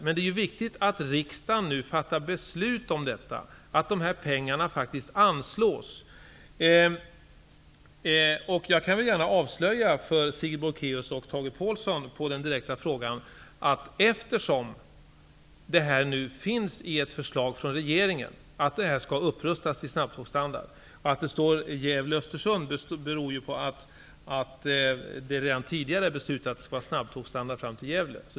Men det är viktigt att riksdagen nu fattar beslut om detta och att pengar faktiskt anslås. Jag kan som ett svar på en direkt fråga avslöja för Sigrid Bolkéus och Tage Påhlsson att det finns ett förslag från regeringen om att det skall ske en upprustning till snabbtågsstandard. Att det står att det gäller sträckan Gävle--Östersund beror på att det redan tidigare beslutats att det skall vara snabbtågsstandard fram till Gävle.